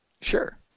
Sure